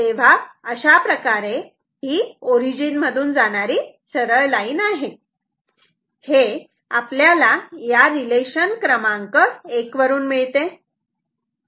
तेव्हा अशाप्रकारे ही ओरिजिन मधून जाणारी सरळ लाईन आहे हे आपल्याला या रिलेशनशिप क्रमांक एक वरून मिळते